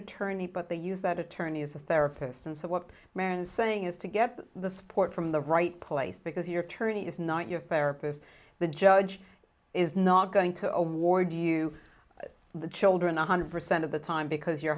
attorney but they use that attorney as a therapist and so what marriage is saying is to get the support from the right place because your tourney is not your therapist the judge is not going to award you the children one hundred percent of the time because your